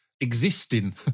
existing